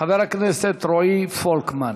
חבר הכנסת רועי פולקמן.